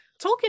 Tolkien